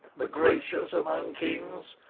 the gracious among kings!